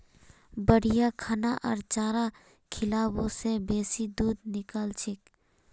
बढ़िया खाना आर चारा खिलाबा से बेसी दूध निकलछेक